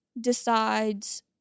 decides